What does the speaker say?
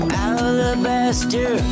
alabaster